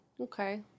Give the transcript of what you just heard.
Okay